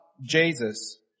Jesus